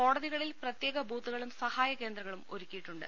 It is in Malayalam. കോടതികളിൽ പ്രത്യേക ബൂത്തുകളും സഹായ കേന്ദ്രങ്ങളും ഒരു ക്കിയിട്ടുണ്ട്